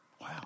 Wow